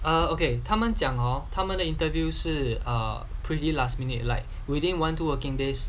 ah okay 他们讲 hor 他们的 interview 是 err pretty last minute like within one two working days